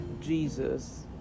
Jesus